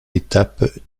étapes